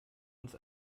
uns